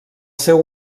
seu